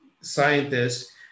scientists